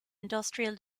industrial